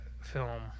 film